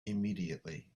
immediately